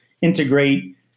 integrate